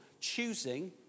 choosing